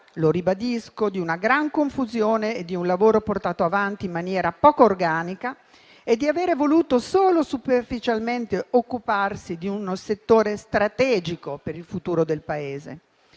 lo ribadisco, di una gran confusione, di un lavoro portato avanti in maniera poco organica e di avere voluto solo superficialmente occuparsi di un settore strategico per il futuro del Paese.